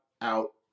out